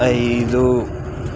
ఐదు